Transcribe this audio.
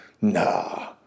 nah